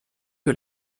que